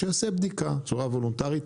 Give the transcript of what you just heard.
שיעשה בדיקה בצורה וולונטרית,